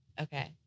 Okay